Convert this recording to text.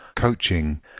coaching